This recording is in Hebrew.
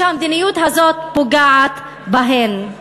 והמדיניות הזאת פוגעת בהם.